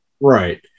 Right